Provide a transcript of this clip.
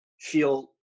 feel